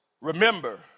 remember